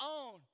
own